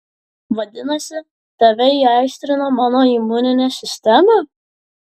vadinasi tave įaistrino mano imuninė sistema